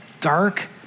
dark